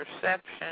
perception